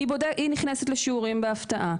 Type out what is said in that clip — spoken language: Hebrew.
היא נכנסת לשיעורים בהפתעה,